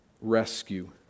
rescue